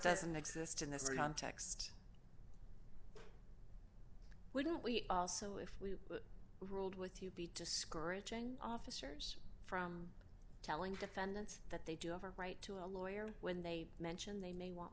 doesn't exist in this context wouldn't we also if we ruled with you be discouraging officers from telling defendants that they do have a right to a lawyer when they mention they may want